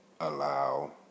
allow